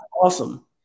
awesome